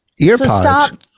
Earpods